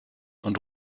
und